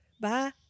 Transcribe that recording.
bye